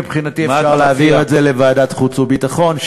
מבחינתי אפשר להעביר את זה לוועדת חוץ וביטחון.